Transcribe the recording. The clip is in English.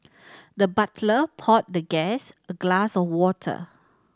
the butler poured the guest a glass of water